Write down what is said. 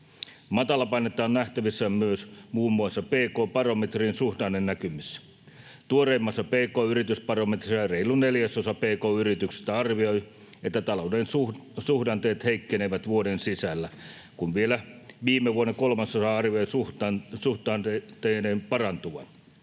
Matalapainetta on nähtävissä myös muun muassa pk-barometrin suhdannenäkymissä. Tuoreimmassa pk-yritysbarometrissa reilu neljäsosa pk-yrityksistä arvioi, että talouden suhdanteet heikkenevät vuoden sisällä, kun vielä viime vuonna kolmasosa arvioi suhdanteiden parantuvan.